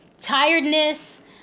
tiredness